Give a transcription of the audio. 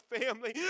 family